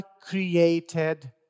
created